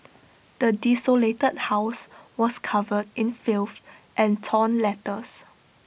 the desolated house was covered in filth and torn letters